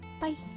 Bye